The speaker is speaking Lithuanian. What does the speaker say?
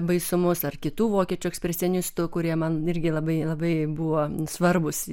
baisumus ar kitų vokiečių ekspresionistų kurie man irgi labai labai buvo svarbūs